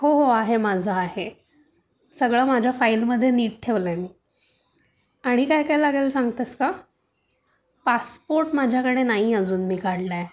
हो हो आहे माझं आहे सगळं माझ्या फाईलमध्ये नीट ठेवलं आहे मी आणि काय काय लागेल सांगतेस का पासपोर्ट माझ्याकडे नाही अजून मी काढलाय